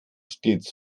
stets